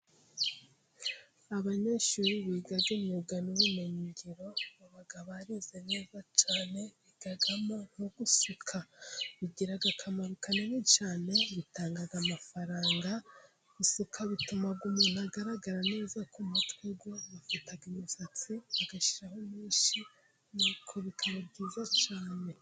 Abanyeshuri biga imyuga n'ubumenyingiro baba barize neza cyane bigamo nko gusuka, bigira akamaro kanini cyane bitanga amafaranga, gusuka bituma umuntu agaragara neza ku mutwe we, bafata imisatsi bagashyiraho menshi nuko bikaba byiza cyane.